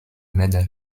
medal